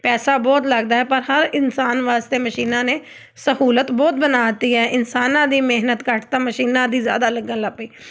ਪੈਸਾ ਬਹੁਤ ਲੱਗਦਾ ਪਰ ਹਰ ਇਨਸਾਨ ਵਾਸਤੇ ਮਸ਼ੀਨਾਂ ਨੇ ਸਹੂਲਤ ਬਹੁਤ ਬਣਾ ਤੀ ਹੈ ਇਨਸਾਨਾਂ ਦੀ ਮਿਹਨਤ ਘੱਟ ਤਾਂ ਮਸ਼ੀਨਾਂ ਦੀ ਜ਼ਿਆਦਾ ਲੱਗਣ ਲੱਗ ਪਈ